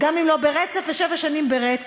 גם אם לא ברצף, שבע שנים ברצף.